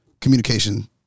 communication